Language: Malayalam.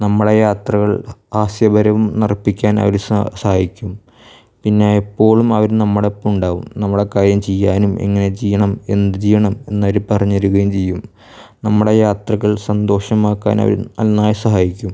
നമ്മളുടെ യാത്രകൾ ആശയപരവും നറപ്പിക്കാൻ അവര് സ സഹായിക്കും പിന്നെ എപ്പോളും അവര് നമ്മുടെ ഒപ്പം ഉണ്ടാകും നമ്മുടെ കാര്യം ചെയ്യാനും എങ്ങനെ ചെയ്യണം എന്ത് ചെയ്യണം എന്നവര് പറഞ്ഞ് തരികയും ചെയ്യും നമ്മുടെ യാത്രകൾ സന്തോഷമാക്കാൻ അവർ നന്നായി സഹായിക്കും